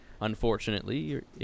unfortunately